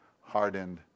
hardened